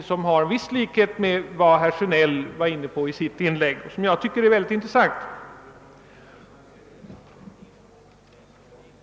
Detta har viss likhet med det som herr Sjönell var inne på i sitt inlägg, och jag tycker att det är ett mycket intressant uppslag.